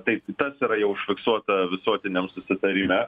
taip tas yra jau užfiksuota visuotiniam susitarime